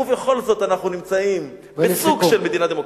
ובכל זאת אנחנו נמצאים בסוג של מדינה דמוקרטית.